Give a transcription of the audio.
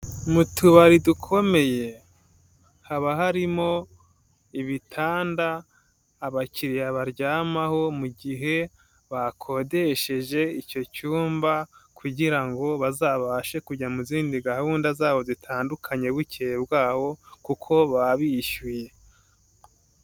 Mu tubari dukomeye haba harimo ibitanda abakiriya baryamaho mu gihe bakodesheje icyo cyumba kugira ngo bazabashe kujya mu zindi gahunda zabo zitandukanye bukeye bw'aho kuko baba bishyuye.